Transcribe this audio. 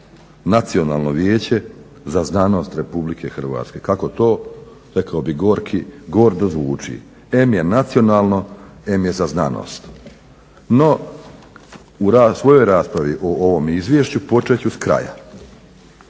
Nacionalno vijeće za znanost Republike Hrvatske. Kako to? Rekao bih gorki, gordo zvuči. Em je nacionalno, em je za znanost. No, u svojoj raspravi o ovom izvješću počet ću skraja.